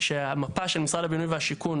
שהמפה של משרד הבינוי והשיכון,